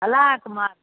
अलाकमार्क